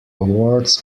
awards